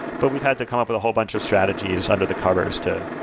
but we'd have to come up with a whole bunch of strategies under the covers to,